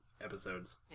episodes